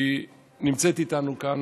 נמצאת איתנו כאן